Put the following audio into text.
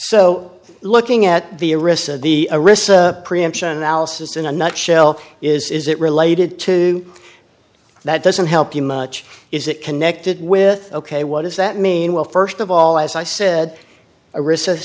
so looking at the risk the risk preemption analysis in a nutshell is it related to that doesn't help you much is it connected with ok what does that mean well st of all as i said a recess